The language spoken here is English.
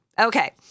Okay